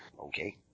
okay